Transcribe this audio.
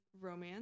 romance